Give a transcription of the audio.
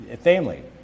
family